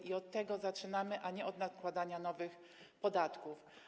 I od tego zaczynamy, a nie od nakładania nowych podatków.